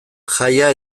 jaia